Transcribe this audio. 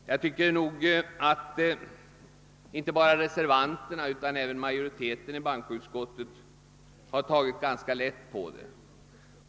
Jag tycker att inte bara reservanterna, utan även majoriteten i bankoutskottet har tagit ganska lätt på det.